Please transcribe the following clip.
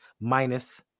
minus